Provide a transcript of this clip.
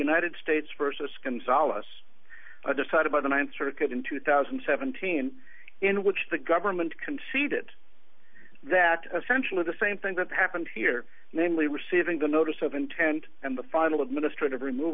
united states versus can solace decided by the ninth circuit in two thousand and seventeen in which the government conceded that essentially the same thing that happened here namely receiving the notice of intent and the final administrative remov